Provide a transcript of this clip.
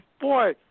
boy